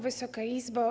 Wysoka Izbo!